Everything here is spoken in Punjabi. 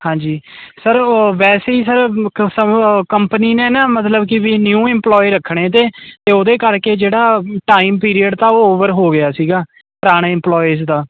ਹਾਂਜੀ ਸਰ ਵੈਸੇ ਹੀ ਸਰ ਕੰਪਨੀ ਨੇ ਨਾ ਮਤਲਬ ਕਿ ਨਿਊ ਇਪਲੋਈ ਰੱਖਣੇ ਤੇ ਤੇ ਉਹਦੇ ਕਰਕੇ ਜਿਹੜਾ ਟਾਈਮ ਪੀਰੀਅਡ ਤਾ ਉਹ ਓਵਰ ਹੋ ਗਿਆ ਸੀਗਾ ਪੁਰਾਣੇ ਇਮਪਲੋਈਜ ਦਾ